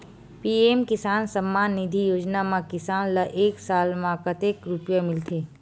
PM Kisan Samman Nidhi Yojana म किसान ल एक साल म कतेक रुपिया मिलथे?